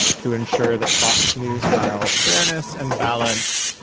to ensure that fox news style fairness and balance